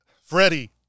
Freddie